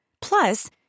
Plus